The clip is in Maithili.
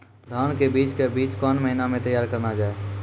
धान के बीज के बीच कौन महीना मैं तैयार करना जाए?